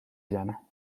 llano